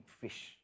fish